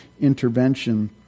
intervention